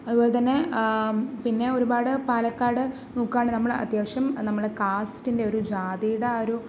അതുപോലെത്തന്നെ പിന്നെ ഒരുപാട് പാലക്കാട് നോക്കുകയാണെങ്കിൽ നമ്മളെ അത്യാവശ്യം നമ്മളെ കാസ്റ്റിൻ്റെ ഒരു ജാതിയുടെ ആ ഒരു